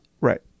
Right